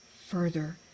further